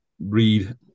read